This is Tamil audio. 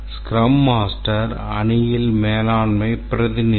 ஸ்க்ரம் மாஸ்டர் அணியில் மேலாண்மை பிரதிநிதி